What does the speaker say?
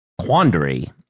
quandary